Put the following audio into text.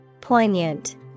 Poignant